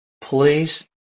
please